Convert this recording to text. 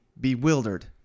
bewildered